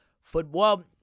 football